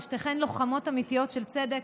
ושתיכן לוחמות אמיתיות של צדק,